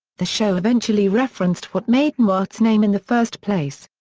the show eventually referenced what made newhart's name in the first place.